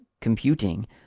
computing